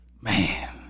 man